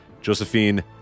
Josephine